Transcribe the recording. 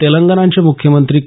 तेलंगणाचे मुख्यमंत्री के